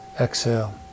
exhale